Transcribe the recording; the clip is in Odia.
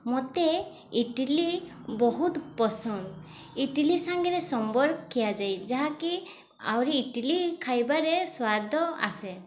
ମତେ ଇଟିଲି ବହୁତ ପସନ୍ଦ ଇଟିଲି ସାଙ୍ଗରେ ସମ୍ବର ଖିଆଯାଏ ଯାହାକି ଆହୁରି ଇଟିଲି ଖାଇବାରେ ସ୍ୱାଦ ଆସେ